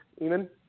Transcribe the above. Eamon